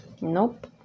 Nope